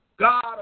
God